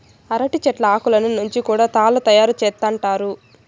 అరటి చెట్ల ఆకులను నుంచి కూడా తాళ్ళు తయారు చేత్తండారు